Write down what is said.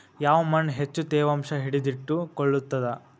ಯಾವ್ ಮಣ್ ಹೆಚ್ಚು ತೇವಾಂಶ ಹಿಡಿದಿಟ್ಟುಕೊಳ್ಳುತ್ತದ?